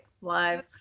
Live